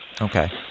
Okay